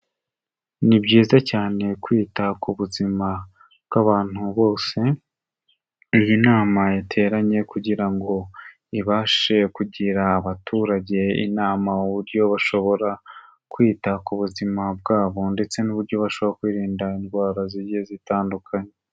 Ni byiza cyane kwita ku buzima bw'abantu bose, iyi nama yateranye kugira ngo ibashe kugira abaturage inama uburyo bashobora kwita ku buzima bwabo ndetse n'uburyo barushaho kwirinda indwara zigiye zitandukanye,